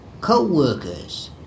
co-workers